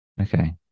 Okay